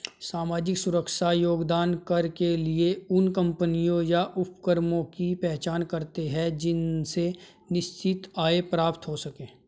सामाजिक सुरक्षा योगदान कर के लिए उन कम्पनियों या उपक्रमों की पहचान करते हैं जिनसे निश्चित आय प्राप्त हो सके